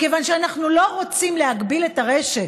מכיוון שאנחנו לא רוצים להגביל את הרשת,